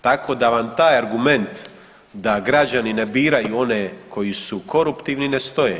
Tako da vam taj argument da građani ne biraju one koji su koruptivni ne stoje.